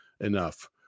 enough